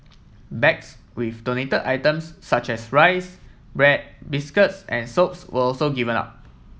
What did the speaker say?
bags with donated items such as rice bread biscuits and soaps were also given out